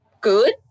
good